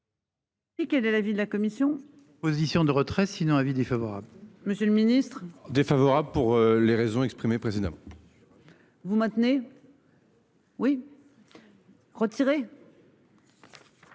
quel est l'avis de la commission. Position de retrait sinon avis défavorable. Monsieur le Ministre. Défavorable pour les raisons exprimées président. Vous maintenez. Oui. Retirer.